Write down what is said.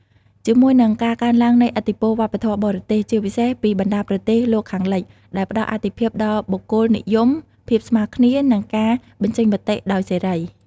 ជាមួយនឹងការកើនឡើងនៃឥទ្ធិពលវប្បធម៌បរទេស ជាពិសេសពីបណ្ដាប្រទេសលោកខាងលិច ដែលផ្ដល់អាទិភាពដល់បុគ្គលនិយម ភាពស្មើគ្នា និងការបញ្ចេញមតិដោយសេរី។